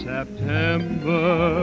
September